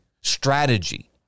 strategy